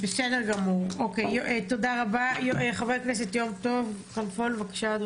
חבר הכנסת יום טוב כלפון, בבקשה.